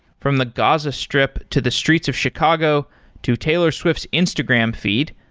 from the gaza strip to the streets of chicago to taylor swift's instagram feed,